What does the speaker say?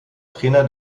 trainer